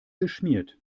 geschmiert